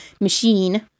machine